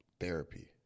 therapy